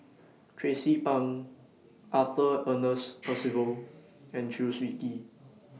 Tracie Pang Arthur Ernest Percival and Chew Swee Kee